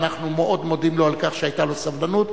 אנחנו מאוד מודים לו על כך שהיתה לו סבלנות.